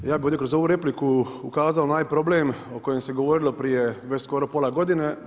Ja bi ovdje, kroz ovu repliku ukazao na ovaj problem, o kojem ste govorili, prije, već skoro pola godine.